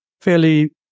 fairly